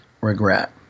regret